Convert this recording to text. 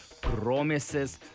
Promises